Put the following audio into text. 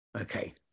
Okay